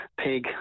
pig